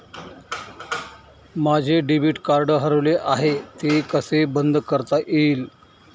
माझे debit card हरवले आहे ते कसे बंद करता येईल?